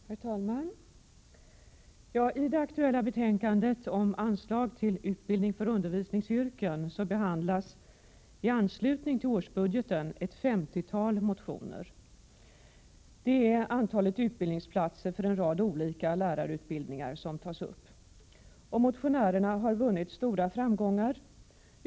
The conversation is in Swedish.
Herr talman! I det aktuella betänkandet om anslag till utbildning för undervisningsyrken behandlas i anslutning till årsbudgeten ett 50-tal motioner. Det är antalet utbildningsplatser för en rad olika lärarutbildningar som tas upp. Motionärerna har vunnit stora framgångar.